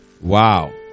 Wow